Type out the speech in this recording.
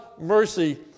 mercy